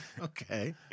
Okay